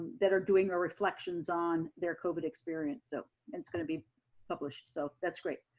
that are doing our reflections on their covid experience. so it's gonna be published. so that's great.